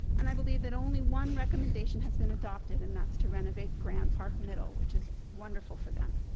and i believe that only one recommendation has been adopted, and that's to renovate graham park middle, which is wonderful for them.